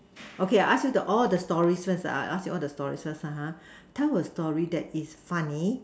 okay I ask you the all the stories first ask you all the stories first (uh huh) tell a story that is funny